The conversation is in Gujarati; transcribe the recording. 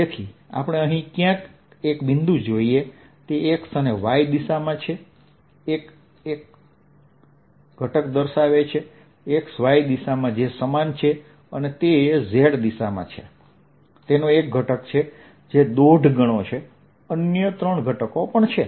તેથી આપણે અહીં ક્યાંક એક બિંદુ જોઈએ તે x અને y દિશામાં એક ઘટક ધરાવે છે x y દિશા જે સમાન છે અને તે z દિશામાં છે તેનો એક ઘટક છે જે દોઢ ગણો છે અન્ય ત્રણ ઘટકો પણ છે